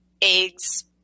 eggs